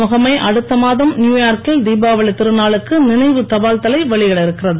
முகமை அடுத்த மாதம் நியூயார்க்கில் தீபாவளித் திருநாளுக்கு நினைவு தபால் தலை வெளியிடவிருக்கிறது